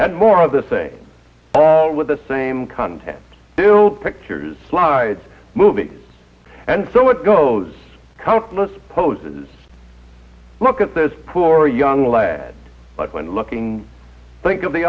and more of the same all with the same content dueled pictures slides movies and so it goes countless poses look at those poor young lad when looking think of the